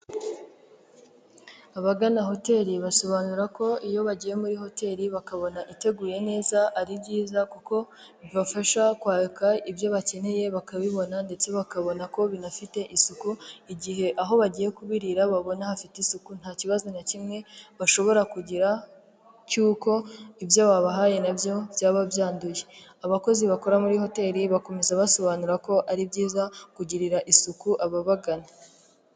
Abagana hoteli basobanura ko iyo bagiye muri hoteli bakabona iteguye neza ari byiza kuko, bibafasha kwaka ibyo bakeneye bakabibona ndetse bakabona ko binafite isuku igihe aho bagiye kubirira babona hafite isuku nta kibazo na kimwe bashobora kugira, cy'uko ibyo babahaye nabyo byaba byanduye abakozi bakora muri hoteli bakomeza basobanura ko ari byiza kugirira isuku ababagana.